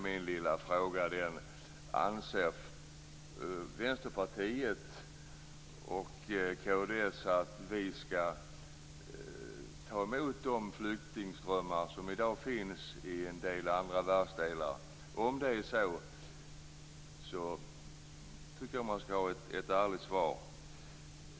Min lilla fråga är: Anser Vänsterpartiet och kd att vi skall ta emot de flyktingströmmar som i dag finns i en del andra världsdelar? Jag tycker att man skall ge ett ärligt svar.